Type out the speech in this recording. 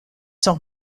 sont